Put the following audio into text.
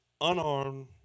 unarmed